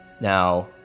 Now